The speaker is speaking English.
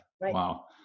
wow